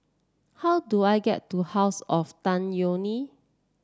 how do I get to House of Tan Yeok Nee